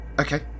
Okay